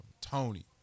Tony